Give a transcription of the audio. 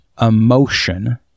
emotion